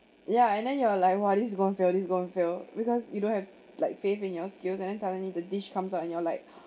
ya and then you are like !wah! this going to fail this going to fail because you don't have like faith in your skills and then suddenly the dish comes out and you're like